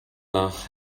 nach